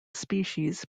species